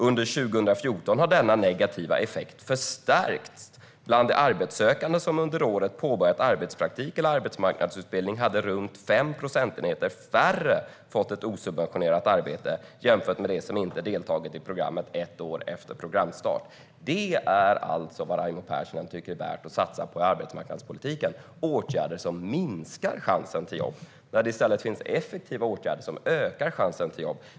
Under 2014 har denna negativa effekt förstärkts. Bland de arbetssökande som under året påbörjade arbetspraktik eller arbetsmarknadsutbildning hade runt 5 procentenheter färre fått ett osubventionerat arbete jämfört med dem som inte deltagit i programmen, ett år efter programstart. Detta är alltså vad Raimo Pärssinen tycker att det är värt att satsa på i arbetsmarknadspolitiken, åtgärder som minskar chansen till jobb, när det i stället finns effektiva åtgärder som ökar chansen till jobb.